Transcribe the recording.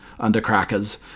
Undercrackers